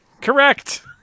correct